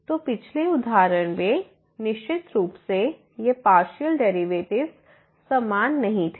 तो पिछले उदाहरण में निश्चित रूप से ये पार्शियल डेरिवेटिव्स समान नहीं थे